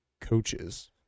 coaches